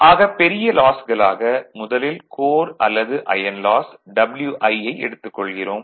ஆக பெரிய லாஸ்களாக முதலில் கோர் அல்லது அயர்ன் லாஸ் Wi ஐ எடுத்துக் கொள்கிறோம்